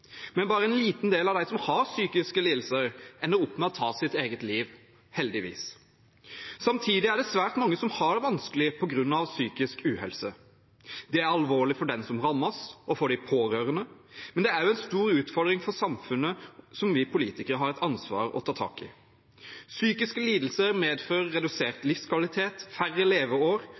Men bare en liten del av dem som har psykiske lidelser, ender opp med å ta sitt eget liv – heldigvis. Samtidig er det svært mange som har det vanskelig på grunn av psykisk uhelse. Det er alvorlig for den som rammes, og for de pårørende, men det er også en stor utfordring for samfunnet, som vi politikere har et ansvar for å ta tak i. Psykiske lidelser medfører redusert livskvalitet og færre leveår